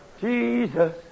Jesus